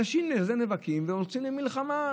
על זה אנשים נאבקים ויוצאים למלחמה,